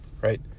Right